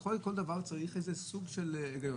בכל דבר צריך סוג של היגיון.